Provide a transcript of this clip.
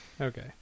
Okay